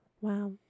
Wow